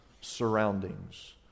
surroundings